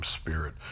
Spirit